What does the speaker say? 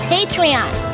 Patreon